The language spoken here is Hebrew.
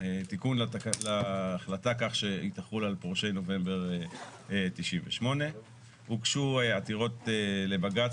התיקון להחלטה כך שהיא תחול על פורשי נובמבר 98'. הוגשו עתירות לבג"צ